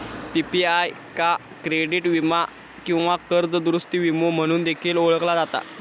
PPI का credit वीमा किंवा कर्ज दुरूस्ती विमो म्हणून देखील ओळखला जाता